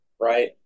Right